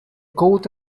coat